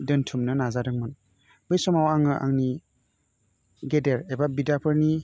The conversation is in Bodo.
दोनथुमनो नाजादोंमोन बे समाव आङो आंनि गेदेर एबा बिदाफोरनि